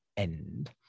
end